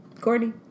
Courtney